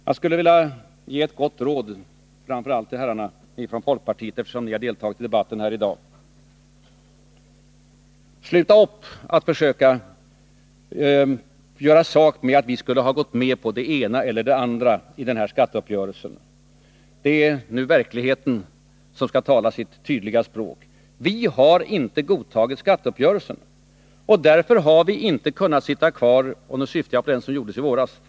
Jag skulle vilja ge framför allt herrarna från folkpartiet — eftersom de har deltagit i debatten här i dag — ett gott råd: Sluta upp att försöka göra stor sak avatt vi skulle ha gått med på det ena eller andra i den här skatteuppgörelsen! Det är verkligheten som skall tala sitt tydliga språk. Vi har inte godtagit skatteuppgörelsen med socialdemokraterna — och jag syftar nu i första hand på den som gjordes i våras.